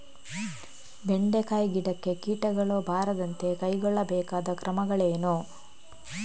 ಬೆಂಡೆಕಾಯಿ ಗಿಡಕ್ಕೆ ಕೀಟಗಳು ಬಾರದಂತೆ ಕೈಗೊಳ್ಳಬೇಕಾದ ಕ್ರಮಗಳೇನು?